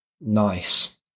Nice